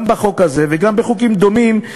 גם בחוק הזה וגם בחוקים דומים,